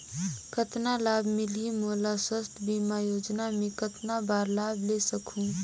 कतना लाभ मिलही मोला? स्वास्थ बीमा योजना मे कतना बार लाभ ले सकहूँ?